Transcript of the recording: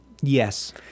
Yes